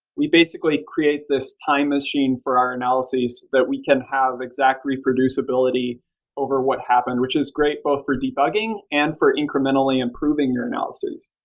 we basically create this time machine for our analysis that we can have exact reproducibility over what happened, which is great both for debugging and for incrementally improving your analyses.